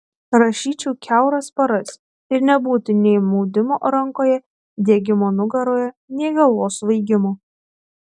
rašyčiau kiauras paras ir nebūtų nei maudimo rankoje diegimo nugaroje nei galvos svaigimo